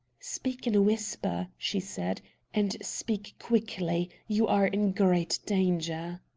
speak in a whisper, she said and speak quickly. you are in great danger!